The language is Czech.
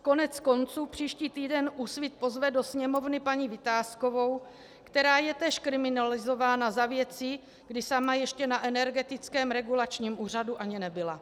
Koneckonců příští týden Úsvit pozve do Sněmovny paní Vitáskovou, která je též kriminalizována za věci, kdy sama ještě na Energetickém regulačním úřadu ani nebyla.